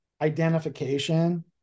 identification